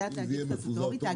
זה היה תאגיד סטטוטורי,